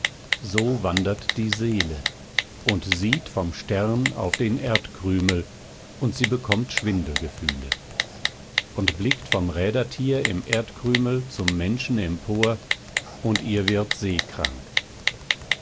so wandert die seele und sieht vom stern auf den erdkrümel und sie bekommt schwindelgefühle und blickt vom rädertier im erdkrümel zum menschen empor und ihr wird seekrank